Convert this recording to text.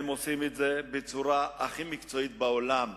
הם עושים את זה בצורה הכי מקצועית בעולם,